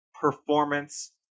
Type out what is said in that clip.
performance